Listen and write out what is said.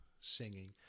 singing